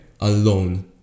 alone